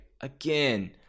Again